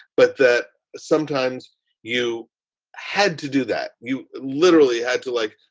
but that sometimes you had to do that. you literally had to, like,